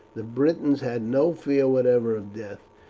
the britons had no fear whatever of death,